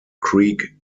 creek